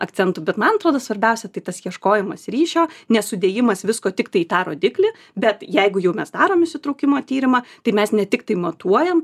akcentų bet man atrodo svarbiausia tai tas ieškojimas ryšio nesudėjimas visko tiktai į tą rodiklį bet jeigu jau mes darom įsitraukimo tyrimą tai mes ne tiktai matuojam